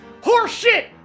Horseshit